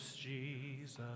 Jesus